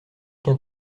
qu’un